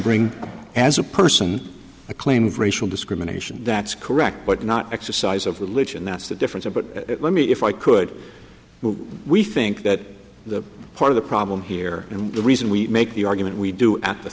bring as a person a claim of racial discrimination that's correct but not exercise of religion that's the difference but let me if i could we think that the part of the problem here and the reason we make the argument we do a